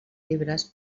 llibres